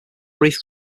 brief